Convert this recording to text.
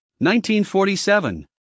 1947